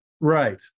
Right